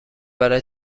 برای